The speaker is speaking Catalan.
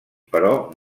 però